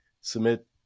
submit